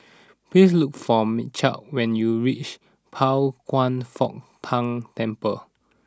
please look for Michial when you reach Pao Kwan Foh Tang Temple